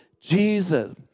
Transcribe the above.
Jesus